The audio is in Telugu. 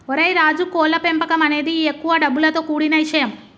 ఓరై రాజు కోళ్ల పెంపకం అనేది ఎక్కువ డబ్బులతో కూడిన ఇషయం